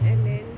mm